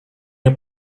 nie